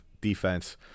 defense